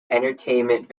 entertainment